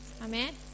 Amen